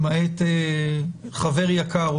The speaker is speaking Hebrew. למעט חבר יקר,